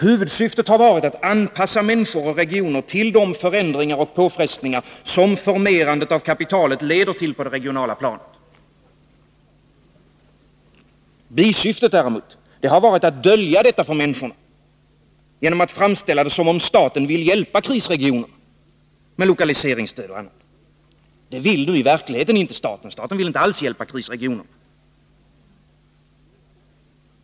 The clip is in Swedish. Huvudsyftet har varit att anpassa människor och regioner till de förändringar och påfrestningar som formerandet av kapitalet leder till på det regionala planet. Bisyftet däremot har varit att dölja detta för människorna, genom att framställa det som om staten vill hjälpa krisregioner med lokaliseringsstöd och annat. Det vill ju i verkligheten inte staten. Staten vill inte alls hjälpa krisregioner.